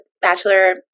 Bachelor